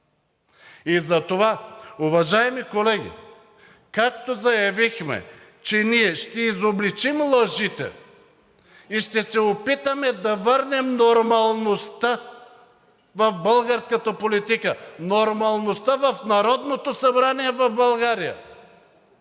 Затова, уважаеми колеги, както заявихме, че ще изобличим лъжите и ще се опитаме да върнем нормалността в българската политика, нормалността в Народното събрание в България